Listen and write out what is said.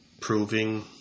proving